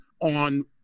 on